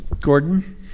Gordon